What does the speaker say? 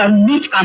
ah meet um